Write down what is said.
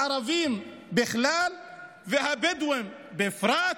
הערבים בכלל והבדואים בפרט,